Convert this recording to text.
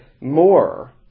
more